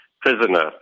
prisoner